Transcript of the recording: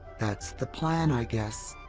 that's the plan, i guess.